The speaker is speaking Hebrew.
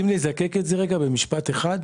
אם נזקק את זה במשפט אחד,